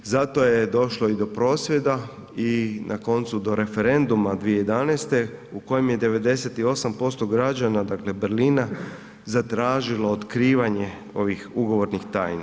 Zato je došlo i do prosvjeda i na koncu do referenduma 2011. u kojem je 98% građana dakle Berlina zatražilo otkrivanje ovih ugovornih tajni.